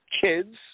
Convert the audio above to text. kids